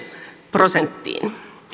prosenttiin